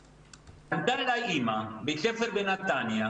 פנתה אלי אמא מבית ספר בנתניה,